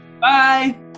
Bye